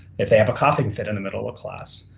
if they have a coughing fit in the middle of class.